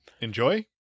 enjoy